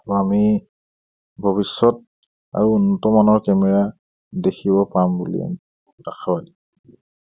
আৰু আমি ভৱিষ্যতে উন্নতমানৰ কেমেৰা দেখিব পাম বুলি আশাবাদী